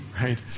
right